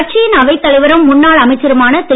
கட்சியின் அவைத் தலைவரும் முன்னாள் அமைச்சருமான திரு